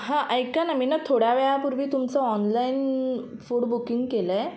हां ऐका ना मी ना थोड्या वेळापूर्वी तुमचं ऑनलाईन फूड बुकिंग केलं आहे